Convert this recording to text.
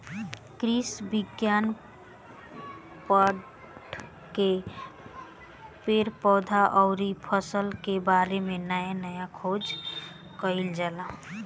कृषि विज्ञान पढ़ के पेड़ पौधा अउरी फसल के बारे में नया खोज कईल जाला